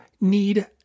need